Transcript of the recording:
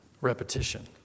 repetition